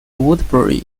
woodbury